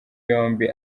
yombi